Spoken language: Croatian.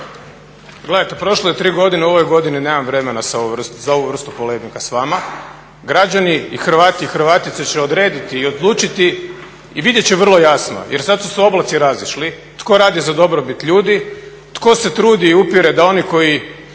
Hrvati i Hrvatice će odrediti i odlučiti i vidjet će vrlo jasno, jer sad su se oblaci razišli tko radi za dobrobit ljudi, tko se trudi i upire da oni koji